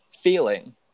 feeling